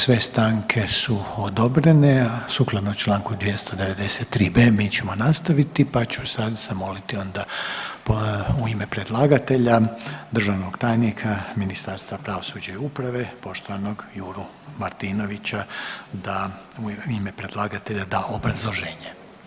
sve stanke su odobrene, a sukladno čl. 293.b. mi ćemo nastaviti, pa ću sad zamoliti onda u ime predlagatelja državnog tajnika Ministarstva pravosuđa i uprave poštovanog Juru Martinovića da u ime predlagatelja da obrazloženje.